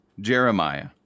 Jeremiah